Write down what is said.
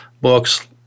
books